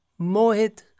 mohit